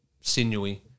sinewy